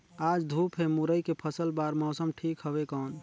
आज धूप हे मुरई के फसल बार मौसम ठीक हवय कौन?